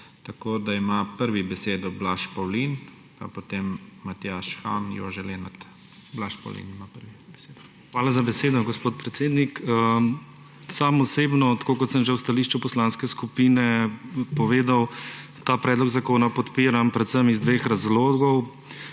Tako da ima prvi besedo Blaž Pavlin, pa potem Matjaž Han, Jože Lenart. Blaž Pavlin ima prvi besedo. BLAŽ PAVLIN (PS NSi): Hvala za besedo, gospod predsednik. Sam osebno, tako kot sem že v stališču poslanske skupine povedal, ta predlog zakona podpiram predvsem iz dveh razlogov.